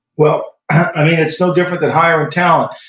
well, it's no different than hiring talent.